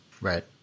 Right